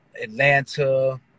Atlanta